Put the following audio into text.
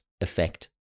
effect